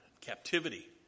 captivity